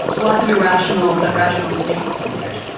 lots of irrational but rational to me kind of fears.